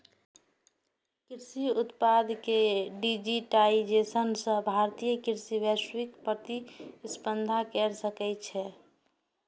कृषि उत्पाद के डिजिटाइजेशन सं भारतीय कृषि वैश्विक प्रतिस्पर्धा कैर सकै छै